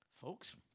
Folks